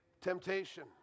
temptation